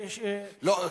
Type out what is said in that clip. לא,